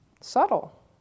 subtle